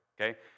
Okay